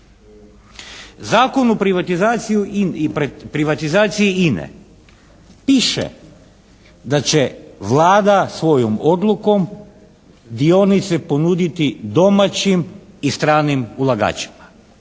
Zakon o privatizaciji INA-e piše da će Vlada svojom odlukom dionice ponuditi domaćim i stranim ulagačima,